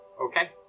Okay